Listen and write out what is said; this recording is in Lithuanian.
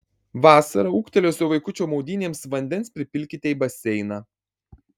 vasarą ūgtelėjusio vaikučio maudynėms vandens pripilkite į baseiną